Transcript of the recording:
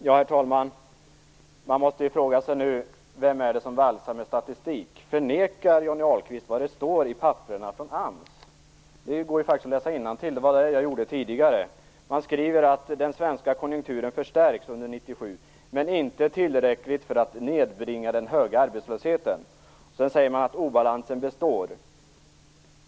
Herr talman! Man måste nu fråga sig vem det är som valsar med statistik. Förnekar Johnny Ahlqvist det som står i papperen från AMS? Det går faktiskt att läsa innantill, vilket jag gjorde tidigare. Man skriver att den svenska konjunkturen förstärks under 1997, men inte tillräckligt för att nedbringa den höga arbetslösheten. Vidare säger man att obalansen består.